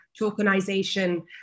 tokenization